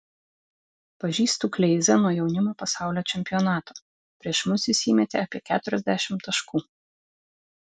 pažįstu kleizą nuo jaunimo pasaulio čempionato prieš mus jis įmetė apie keturiasdešimt taškų